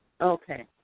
Okay